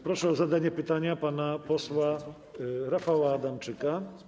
Proszę o zadanie pytania pana posła Rafała Adamczyka.